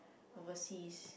overseas